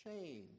change